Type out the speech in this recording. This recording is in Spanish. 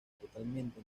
totalmente